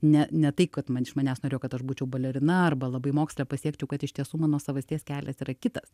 ne ne tai kad man iš manęs norėjo kad aš būčiau balerina arba labai moksle pasiekčiau kad iš tiesų mano savasties kelias yra kitas